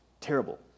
Terrible